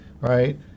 right